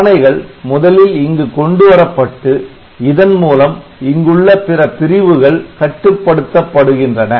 ஆணைகள் முதலில் இங்கு கொண்டுவரப்பட்டு இதன் மூலம் இங்குள்ள பிற பிரிவுகள் கட்டுப்படுத்தப்படுகின்றன